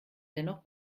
dennoch